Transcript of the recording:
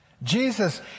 Jesus